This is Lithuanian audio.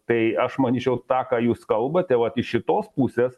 tai aš manyčiau tą ką jūs kalbat vat iš šitos pusės